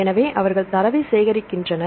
எனவே அவர்கள் தரவை சேகரிக்கின்றனர்